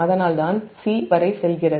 அதனால் தான் 'C' வரை செல்கிறது